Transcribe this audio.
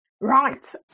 Right